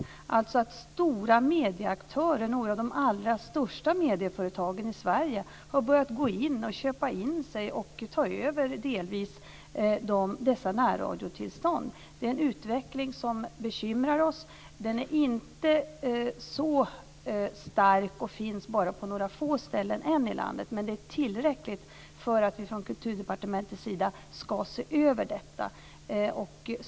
Vi har noterat att stora medieaktörer, några av de allra största medieföretagen i Sverige, har börjat köpa in sig och delvis ta över dessa närradiotillstånd. Det är en utveckling som bekymrar oss. Den är inte så stark och finns ännu bara på några få ställen i landet. Men det är tillräckligt för att vi från Kulturdepartementets sida ska se över detta.